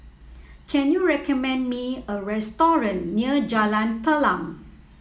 can you recommend me a restaurant near Jalan Telang